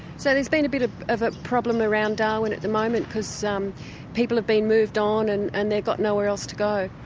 so there's been a bit ah of a problem around darwin at the moment because people have been moved on and and they've got nowhere else to go.